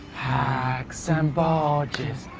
hacks and bodges,